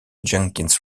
jenkins